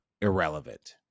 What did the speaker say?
irrelevant